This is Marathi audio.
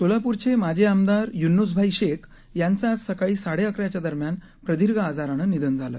सोलापूरचे माजी आमदार यून्नूसभाई शेख यांचं आज सकाळी साडेअकराच्या दरम्यान प्रदीर्घ आजारानं निधन झाले